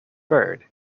bird